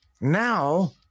Now